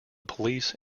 police